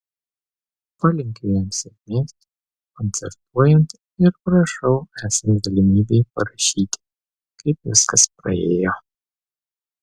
palinkiu jam sėkmės koncertuojant ir prašau esant galimybei parašyti kaip viskas praėjo